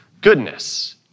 goodness